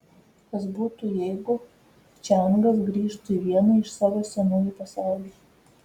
kas būtų jeigu čiangas grįžtų į vieną iš savo senųjų pasaulių